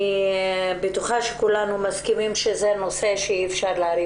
אני בטוחה שכולנו מסכימים שזה נושא שאי אפשר להרים